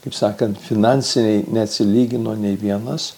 kaip sakant finansiniai neatsilygino nei vienas